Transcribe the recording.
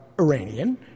Iranian